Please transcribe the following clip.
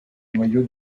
noyau